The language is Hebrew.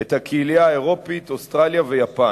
את הקהילייה האירופית, את אוסטרליה ואת יפן.